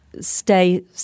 stay